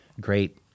great